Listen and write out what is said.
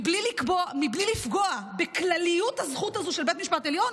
בלי לפגוע בכלליות הזכות הזאת של בית משפט עליון,